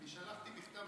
אני שלחתי מכתב